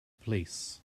police